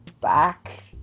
back